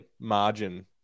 Margin